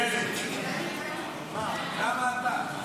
מלכיאלי, למה אתה?